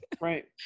right